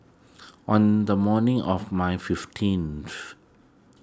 on the morning of my fifteenth